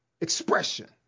expression